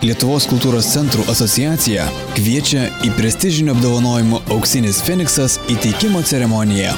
lietuvos kultūros centrų asociacija kviečia į prestižinio apdovanojimo auksinis feniksas įteikimo ceremoniją